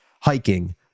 hiking